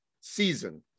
season